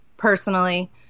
personally